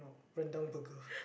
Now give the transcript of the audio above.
Rendang burger